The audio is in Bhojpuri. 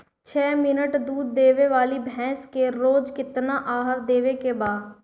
छह लीटर दूध देवे वाली भैंस के रोज केतना आहार देवे के बा?